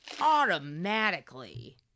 automatically